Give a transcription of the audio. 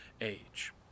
age